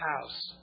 house